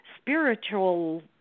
spiritual